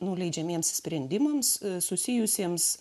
nuleidžiamiems sprendimams susijusiems